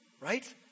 right